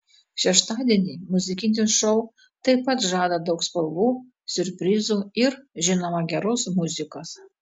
šeštadienį muzikinis šou taip pat žada daug spalvų siurprizų ir žinoma geros muzikos